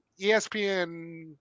ESPN